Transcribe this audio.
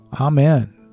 Amen